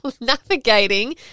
navigating